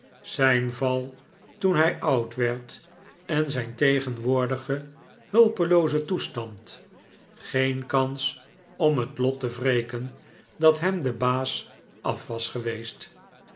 zijn val toen hij oud werd en zijn tegenwoordige hulpelooze toestand geen kans om het lot te wreken dat hem debaasaf was geweest